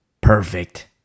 perfect